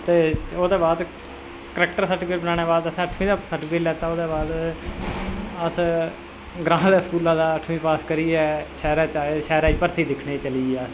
ते ओह्दे बाद करैक्टर बनाने दे बाद असें अठमीं दा सर्टीफिकेट लैता ओह्दे बाद अस ग्रांऽ दे स्कूलै दा अठमीं पास करियै शैह्रे च आये ते शैह्रे च भरथी दिक्खनै गी चली गे अस